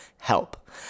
Help